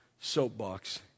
soapbox